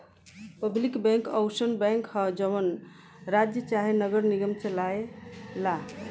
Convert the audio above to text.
public bank अउसन bank ह जवन राज्य चाहे नगर निगम चलाए ला